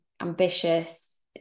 ambitious